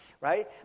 Right